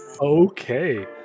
Okay